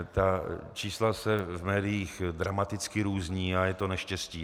Ta čísla se v médiích dramaticky různí a je to neštěstí.